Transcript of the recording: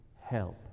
help